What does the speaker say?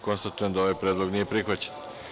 Konstatujem da ovaj predlog nije prihvaćen.